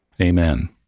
Amen